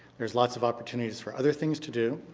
there's lots of opportunities for other things to do.